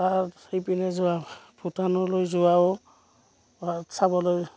তাত সেইপিনে যোৱা ভূটানলৈ যোৱাও বা চাবলৈ